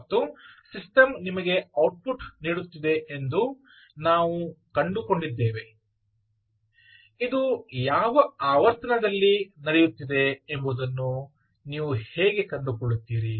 ಮತ್ತು ಸಿಸ್ಟಮ್ ನಿಮಗೆ ಔಟ್ಪುಟ್ ನೀಡುತ್ತಿದೆ ಎಂದು ನಾವು ಕಂಡುಕೊಂಡಿದ್ದೇವೆ ಇದು ಯಾವ ಆವರ್ತನದಲ್ಲಿ ನಡೆಯುತ್ತಿದೆ ಎಂಬುದನ್ನು ನೀವು ಹೇಗೆ ಕಂಡುಕೊಳ್ಳುತ್ತೀರಿ